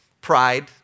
Pride